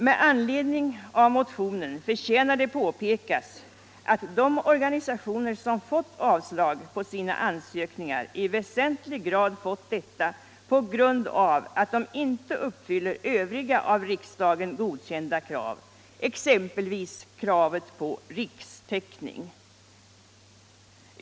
Med anledning av motionen förtjänar det påpekas att de organisationer som fått avslag på sina ansökningar i väsentlig grad fått detta på grund av att de inte uppfyllt övriga av riksdagen godkända krav, exempelvis kravet på rikstäckning.